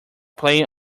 playing